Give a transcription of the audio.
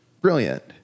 Brilliant